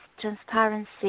transparency